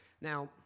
now